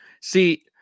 See